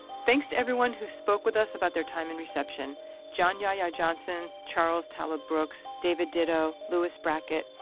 thanks to everyone who spoke with us about their time in reception john yahya johnson, charles talib brooks, david ditto, louis brackett,